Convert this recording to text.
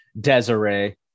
Desiree